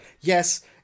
yes